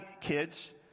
kids